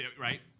right